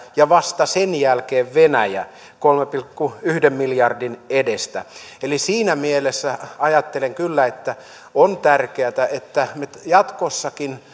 ja vasta sen jälkeen venäjä kolmen pilkku yhden miljardin edestä eli siinä mielessä ajattelen kyllä että on tärkeätä että me jatkossakin